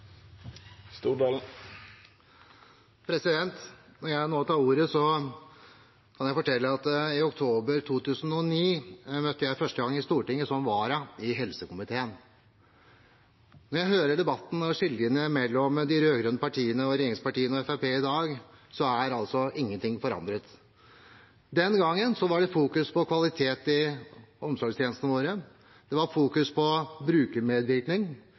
Når jeg nå tar ordet, kan jeg fortelle at i oktober 2009 møtte jeg første gang i Stortinget, som vara i helsekomiteen. Når jeg hører debatten og skillelinjene mellom de rød-grønne partiene og regjeringspartiene og Fremskrittspartiet i dag, er ingenting forandret. Den gangen var det fokusert på kvalitet i omsorgstjenestene våre, på brukermedvirkning, på fritt behandlingsvalg. Den gangen forsvarte de rød-grønne at dagens modell var